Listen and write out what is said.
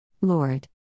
Lord